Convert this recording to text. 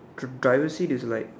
the driver seat is like